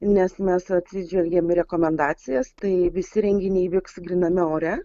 nes mes atsižvelgėm į rekomendacijas tai visi renginiai vyks gryname ore